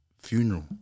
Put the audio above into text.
funeral